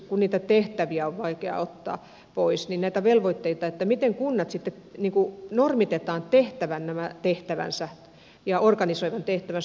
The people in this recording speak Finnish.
kun tehtäviä on vaikea ottaa pois niin miettisimme velvoitteita että miten kunnat normitetaan tekevän nämä tehtävänsä ja organisoivan tehtävänsä